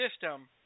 system